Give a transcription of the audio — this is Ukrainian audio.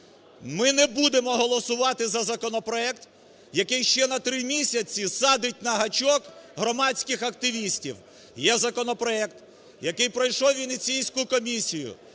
Ми не будемо голосувати за законопроект, який ще на 3 місяці садить на гачок громадських активістів. Є законопроект, який пройшов Венеційську комісію,